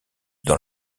dans